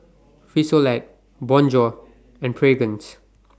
Frisolac Bonjour and Fragrance